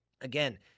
again